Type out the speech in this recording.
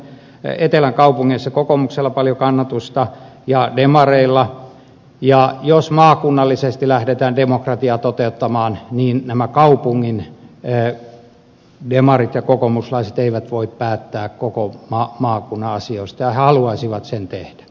etelän kaupungeissa on kokoomuksella ja demareilla paljon kannatusta ja jos maakunnallisesti lähdetään demokratiaa toteuttamaan niin nämä kaupungin demarit ja kokoomuslaiset eivät voi päättää koko maakunnan asioista ja he haluaisivat sen tehdä